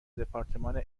دپارتمان